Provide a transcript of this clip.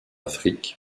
afrique